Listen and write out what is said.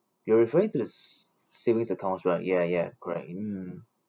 you are referring to the s~ savings accounts right ya ya correct mm